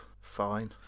fine